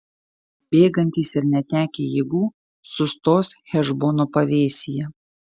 bėgantys ir netekę jėgų sustos hešbono pavėsyje